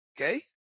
Okay